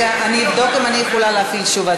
עבדאללה אבו מערוף,